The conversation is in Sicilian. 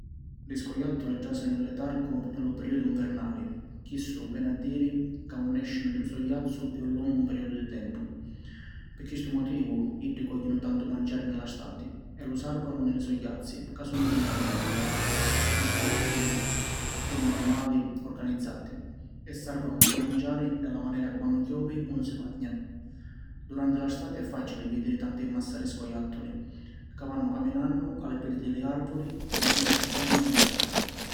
Li scojàttuli tràsinu in letargu nni lu perìodu nvernali, chissu veni a diri ca ‘un nèscinu di lu so jazzu pi un longu perìodu di tempu. Pi chistu motivu iddi cògghinu tantu manciari nni la stati e lu sàrvanu nni li so' jazzi ca sunnu dintra li àrvuli. Li scojàttuli sunnu armali organizzati e sàrvanu lu so manciari nni la manera ca quannu chiovi ‘un si vagna. Duranti la stati è fàcili vìdiri tanti massari scojàttuli ca vannu caminannu a li pedi di li àrvuli pi jiri circannu manciari.